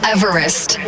Everest